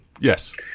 Yes